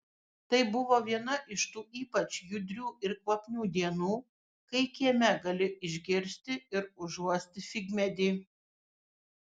tai buvo viena iš tų ypač judrių ir kvapnių dienų kai kieme gali išgirsti ir užuosti figmedį